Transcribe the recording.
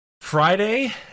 Friday